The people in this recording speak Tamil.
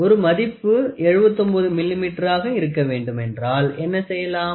ஒரு மதிப்பு 79 மில்லிமீட்டராக இருக்க வேண்டும் என்றால் என்ன செய்யலாம்